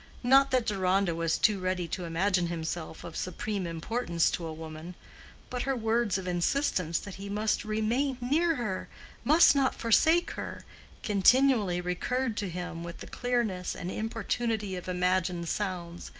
not that deronda was too ready to imagine himself of supreme importance to a woman but her words of insistence that he must remain near her must not forsake her continually recurred to him with the clearness and importunity of imagined sounds,